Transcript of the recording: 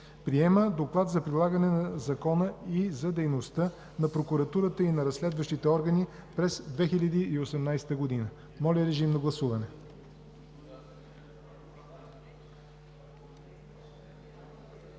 Приема Доклад за прилагането на закона и за дейността на Прокуратурата и на разследващите органи през 2018 г.“ Гласували